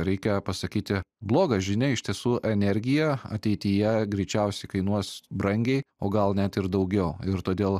reikia pasakyti blogą žinią iš tiesų energija ateityje greičiausiai kainuos brangiai o gal net ir daugiau ir todėl